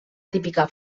típica